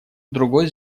другой